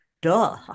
duh